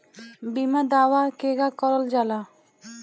बीमा दावा केगा करल जाला?